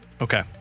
Okay